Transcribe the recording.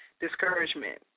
discouragement